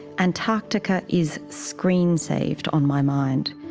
antarctica is screen-saved on my mind,